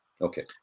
Okay